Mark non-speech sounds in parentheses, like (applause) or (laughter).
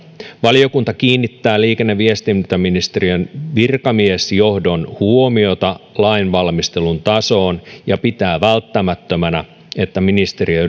valiokunta kiinnittää liikenne ja viestintäministeriön virkamiesjohdon huomiota lainvalmistelun tasoon ja pitää välttämättömänä että ministeriö (unintelligible)